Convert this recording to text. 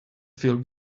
feel